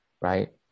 Right